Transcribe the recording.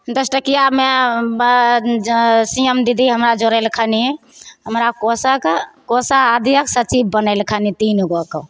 दस टकिआमे बऽ जऽ हम सी एम दीदी हमरा जोड़लखिन हमरा कोषाके कोषा अध्यक्ष सचिव बनेलखिन तीनगोके